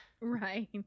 Right